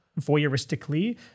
voyeuristically